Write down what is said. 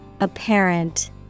Apparent